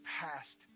past